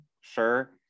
Sure